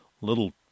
little